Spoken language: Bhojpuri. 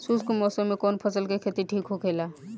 शुष्क मौसम में कउन फसल के खेती ठीक होखेला?